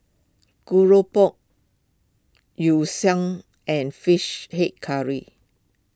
Keropok Yu and Fish Head Curry